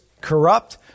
corrupt